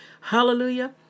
Hallelujah